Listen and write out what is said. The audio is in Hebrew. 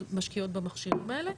משקיעות במכשירים האלה,